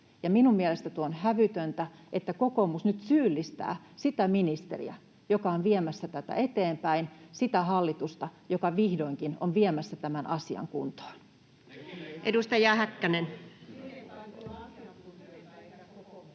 minun mielestäni tuo on hävytöntä, että kokoomus nyt syyllistää sitä ministeriä, joka on viemässä tätä eteenpäin, sitä hallitusta, joka vihdoinkin on viemässä tämän asian kuntoon. [Sebastian Tynkkynen: